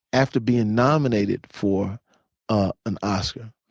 after being nominated for ah an oscar,